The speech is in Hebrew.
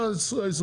זה האיסור.